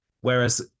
Whereas